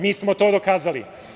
Mi smo to dokazali.